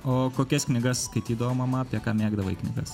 o kokias knygas skaitydavo mama apie ką mėgdavai knygas